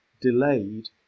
delayed